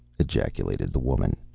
ejaculated the woman.